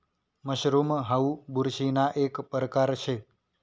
mushroom हाऊ बुरशीना एक परकार शे